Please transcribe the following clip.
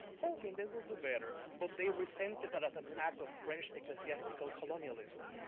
hoping they will do better. but they resented that as an act of french ecclesiastical colonialism.